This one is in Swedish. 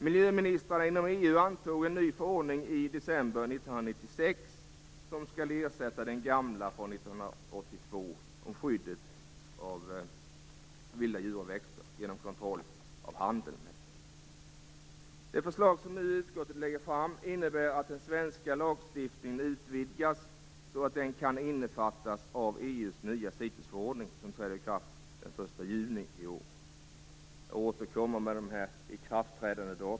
Miljöministrarna inom EU antog en ny förordning i december 1996, som skall ersätta den gamla från Det förslag som utskottet nu lägger fram innebär att den svenska lagstiftningen utvidgas, så att den kan innefatta EU:s nya CITES-förordning, som träder i kraft den 1 juni i år. Jag återkommer med datumen för ikraftträdande.